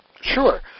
sure